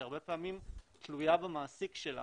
שהרבה פעמים תלויה במעסיק שלה.